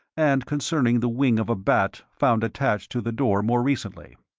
and concerning the wing of a bat, found attached to the door more recently.